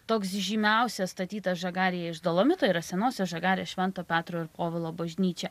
toks žymiausias statyta žagarėje iš dolomito yra senosios žagarės švento petro ir povilo bažnyčia